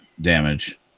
damage